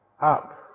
up